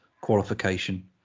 qualification